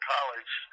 College